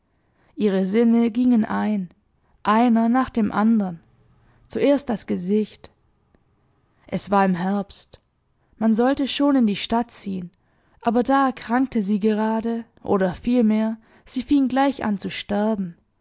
ihre sinne gingen ein einer nach dem andern zuerst das gesicht es war im herbst man sollte schon in die stadt ziehen aber da erkrankte sie gerade oder vielmehr sie fing gleich an zu sterben